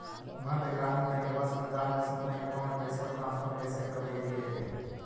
मध्य ग्रामीण बैंकवा से पंजाब नेशनल बैंकवा मे पैसवा ट्रांसफर कैसे करवैलीऐ हे?